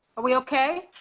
but we okay